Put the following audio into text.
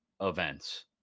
events